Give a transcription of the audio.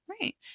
right